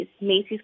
Macy's